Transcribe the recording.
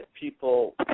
people